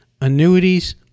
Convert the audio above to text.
Annuities